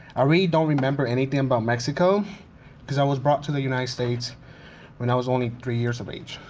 i really don't remember anything about mexico because i was brought to the united states when i was only three years of age.